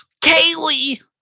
Kaylee